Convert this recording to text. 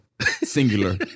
Singular